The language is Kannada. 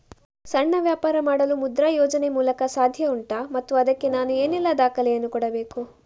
ಸಣ್ಣ ವ್ಯಾಪಾರ ಮಾಡಲು ಮುದ್ರಾ ಯೋಜನೆ ಮೂಲಕ ಸಾಧ್ಯ ಉಂಟಾ ಮತ್ತು ಅದಕ್ಕೆ ನಾನು ಏನೆಲ್ಲ ದಾಖಲೆ ಯನ್ನು ಕೊಡಬೇಕು?